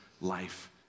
life